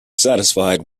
satisfied